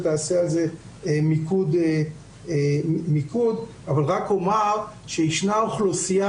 תעשה על זה מיקוד אבל רק אומר שישנה אוכלוסייה